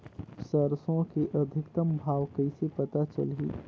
सरसो के अधिकतम भाव कइसे पता चलही?